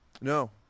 No